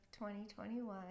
2021